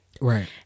Right